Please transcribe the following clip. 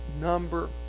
number